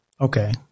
Okay